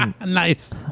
Nice